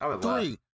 three